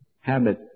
habit